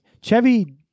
Chevy